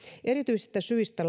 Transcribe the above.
erityisestä syystä